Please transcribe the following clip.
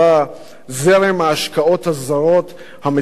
זרם ההשקעות הזרות המציף אותנו,